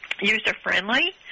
user-friendly